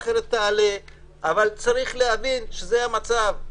צריך להבין שזה המצב.